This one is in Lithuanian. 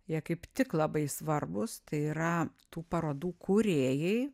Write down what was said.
jie kaip tik labai svarbūs tai yra tų parodų kūrėjai